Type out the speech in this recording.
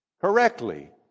correctly